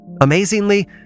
Amazingly